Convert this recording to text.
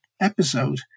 episode